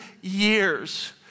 years